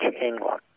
England